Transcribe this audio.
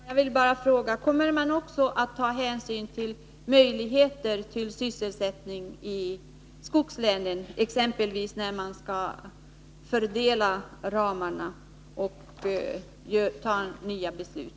Herr talman! Jag vill bara fråga: Kommer man då också att ta hänsyn till möjligheterna till sysselsättning i skogslänen, exempelvis när man skall fördela medlen inom anslagsramarna och fatta nya beslut?